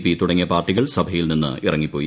P തുടങ്ങിയ പാർട്ടികൾ സഭയിൽ നിന്ന് ഇറങ്ങിപ്പോയി